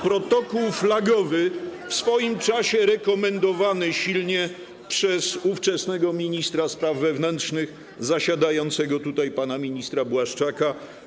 Protokół flagowy, w swoim czasie rekomendowany silnie przez ówczesnego ministra spraw wewnętrznych, zasiadającego tutaj pana ministra Błaszczaka.